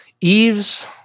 Eve's